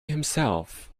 himself